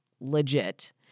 legit